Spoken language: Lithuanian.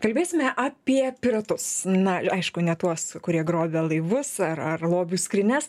kalbėsime apie piratus na aišku ne tuos kurie grobia laivus ar ar lobių skrynias